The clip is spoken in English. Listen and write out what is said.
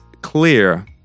clear